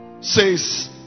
says